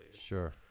Sure